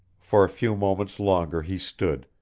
for a few moments longer he stood,